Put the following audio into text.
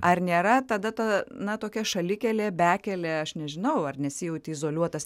ar nėra tada ta na tokia šalikelė bekelė aš nežinau ar nesijauti izoliuotas